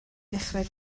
ddechrau